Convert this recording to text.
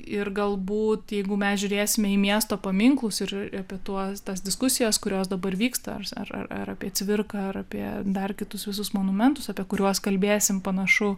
ir galbūt jeigu mes žiūrėsime į miesto paminklus ir apie tuos tas diskusijas kurios dabar vyksta ar ar ar apie cvirką ar apie dar kitus visus monumentus apie kuriuos kalbėsim panašu